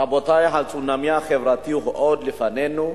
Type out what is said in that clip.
רבותי, הצונאמי החברתי עוד לפנינו.